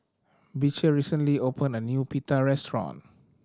Beecher recently opened a new Pita restaurant